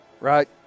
right